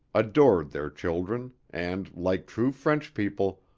adored their children and, like true french people,